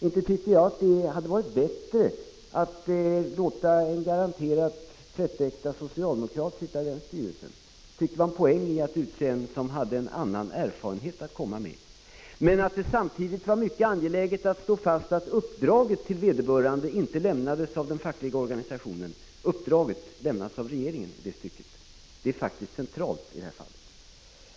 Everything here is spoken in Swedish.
Jag tycker inte att det hade varit bättre att låta en garanterat tvättäkta socialdemokrat sitta i den styrelsen, utan menar att det var en poäng i att utse någon som hade en särskild typ av erfarenhet i sammanhanget. Men samtidigt var det mycket angeläget att slå fast att vederbörandes uppdrag inte lämnades av den fackliga organisationen utan av regeringen. Det är faktiskt en central punkt i det här fallet.